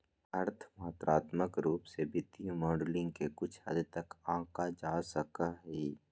अर्थ मात्रात्मक रूप से वित्तीय मॉडलिंग के कुछ हद तक आंका जा सका हई